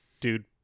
dude